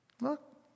Look